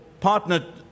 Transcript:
partner